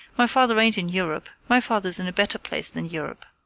my father ain't in europe my father's in a better place than europe.